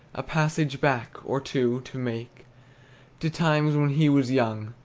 a passage back, or two, to make to times when he was young.